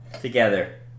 together